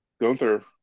Gunther